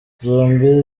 zombi